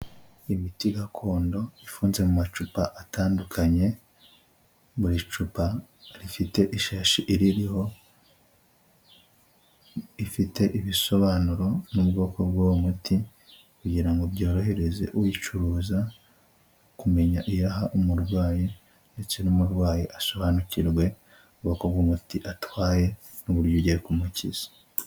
Imiti gakondo ifunze mu macupa atandukanye, buri cupa rifite ishashi iririho ifite ibisobanuro n'ubwoko bw'uwo muti kugira ngo byorohereze uyicuruza kumenya iyo aha umurwayi ndetse n'umurwayi asobanukirwe ubwoko bw'umuti atwaye n'uburyo igihe kumukiza.